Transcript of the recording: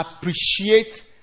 appreciate